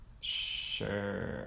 Sure